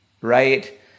right